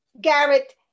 Garrett